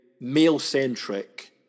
male-centric